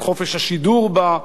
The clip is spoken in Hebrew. על חופש השידור בה.